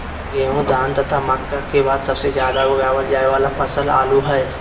गेहूं, धान तथा मक्का के बाद सबसे ज्यादा उगाल जाय वाला फसल आलू हइ